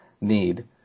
need